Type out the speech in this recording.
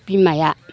बिमाया